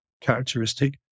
characteristic